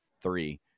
three